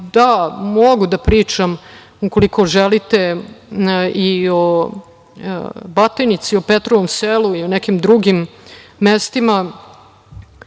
Mogu da pričam, ukoliko želite, i o Batajnici, o Petrovom selu i nekim drugim mestima.